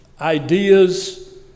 ideas